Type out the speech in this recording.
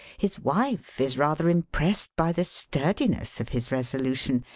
his wife is rather impressed by the sturdiness of his resolution.